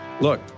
look